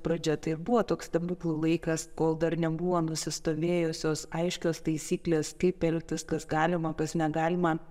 pradžia tai ir buvo toks stebuklų laikas kol dar nebuvo nusistovėjusios aiškios taisyklės kaip elgtis kas galima kas negalima